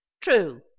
true